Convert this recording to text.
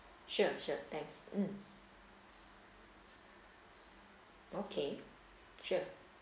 sure sure thanks mm okay sure